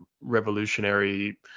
revolutionary